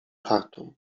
chartum